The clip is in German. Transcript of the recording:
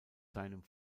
seinem